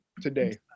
today